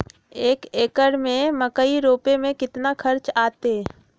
एक एकर में मकई रोपे में कितना खर्च अतै?